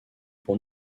pour